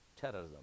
terrorism